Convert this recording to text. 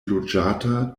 loĝata